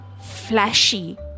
flashy